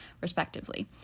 respectively